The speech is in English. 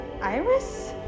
iris